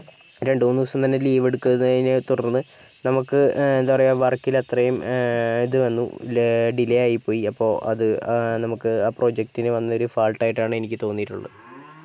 രണ്ടു മൂന്ന് ദിവസം തന്നെ ലീവ് എടുത്ത് കഴിഞ്ഞതിനെ തുടർന്ന് നമുക്ക് എന്താ പറയുക വർക്കില് എത്രയും ഇത് വന്നു ഡിലെ ആയിപ്പോയി അപ്പം അത് നമുക്ക് ആ പ്രൊജക്റ്റിന് വന്ന ഒരു ഫാൾട്ടായിട്ടാണ് എനിക്ക് തോന്നിയിട്ടുള്ളത്